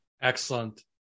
Excellent